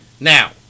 Now